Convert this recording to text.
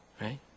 right